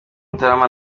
mutarama